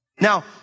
Now